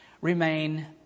remain